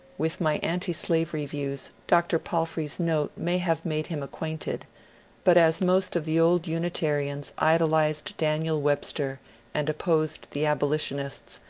with my antislavery views dr. palfrey's note may have made him acquainted but as most of the old unitarians idolized daniel webster and opposed the abolitionists,